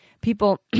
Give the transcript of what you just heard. People